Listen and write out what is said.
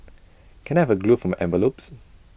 can I have A glue for my envelopes